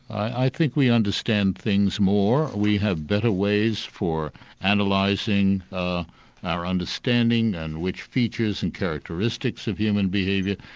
i think we understand things more, we have better ways for and like analysing ah our understanding and which features and characteristics of human behaviour.